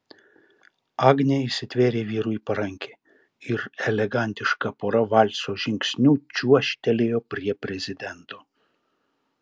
agnė įsitvėrė vyrui į parankę ir elegantiška pora valso žingsniu čiuožtelėjo prie prezidento